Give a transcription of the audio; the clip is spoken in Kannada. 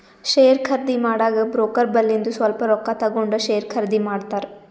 ಶೇರ್ ಖರ್ದಿ ಮಾಡಾಗ ಬ್ರೋಕರ್ ಬಲ್ಲಿಂದು ಸ್ವಲ್ಪ ರೊಕ್ಕಾ ತಗೊಂಡ್ ಶೇರ್ ಖರ್ದಿ ಮಾಡ್ತಾರ್